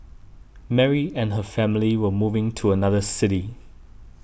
Mary and her family were moving to another city